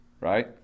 Right